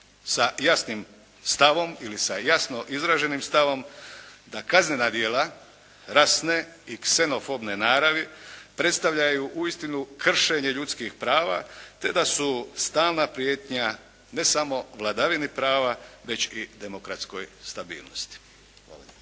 sa jasnim stavom ili sa jasno izraženim stavom da kaznena djela rasne i ksenofobne naravi predstavljaju uistinu kršenje ljudskih prava te da su stalna prijetnja ne samo vladavini prava već i demokratskoj stabilnosti.